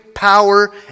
Power